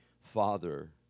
father